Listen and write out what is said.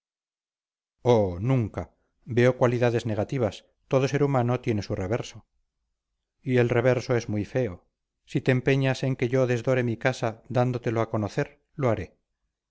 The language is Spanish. nunca veo cualidades negativas todo ser humano tiene su reverso y el reverso es muy feo si te empeñas en que yo desdore mi casa dándotelo a conocer lo haré